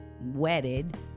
wedded